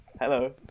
Hello